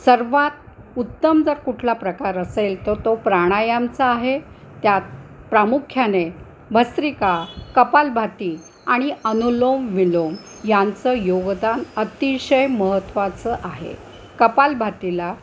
सर्वात उत्तम जर कुठला प्रकार असेल तर तो प्राणायामाचा आहे त्यात प्रामुख्याने भस्रिका कपालभाती आणि अनुलोम विलोम यांचं योगदान अतिशय महत्त्वाचं आहे कपालभातीला